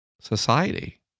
society